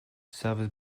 savas